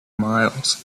miles